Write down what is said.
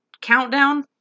countdown